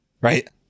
Right